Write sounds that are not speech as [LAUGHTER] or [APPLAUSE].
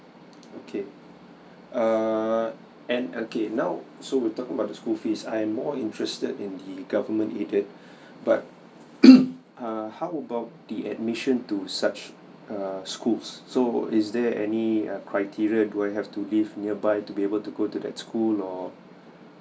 okay err and okay now so we talk about the school fees I'm more interested in the government aided but [COUGHS] uh how about the admission to such err schools so is there any err criteria do I have to live nearby to be able to go to that school or